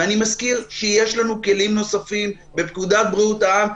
ואני מזכיר שיש לנו כלים נוספים בפקודת בריאות העם.